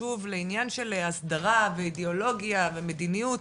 ושוב לעניין של הסדרה ואידאולוגיה ומדיניות,